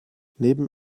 neben